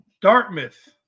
Dartmouth